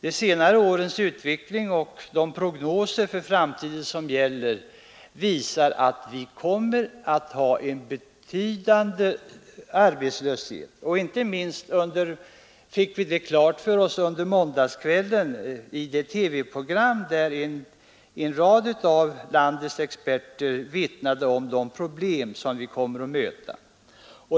De senare årens utveckling och prognoserna för framtiden visar att vi kommer att ha en betydande arbetslöshet. Det fick vi klart för oss inte minst under måndagskvällen i det TV-program där en rad av landets experter vittnade om de problem som vi kommer att möta.